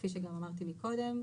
כפי שגם אמרתי קודם,